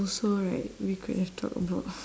also right we could have talked about